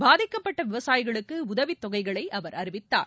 பாதிக்கப்பட்ட விவசாயிகளுக்கு உதவித் தொகைகளை அவர் அறிவித்தார்